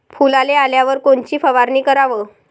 फुलाले आल्यावर कोनची फवारनी कराव?